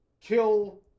kill